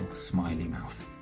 smiley mouth.